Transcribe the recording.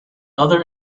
other